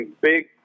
big